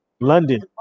London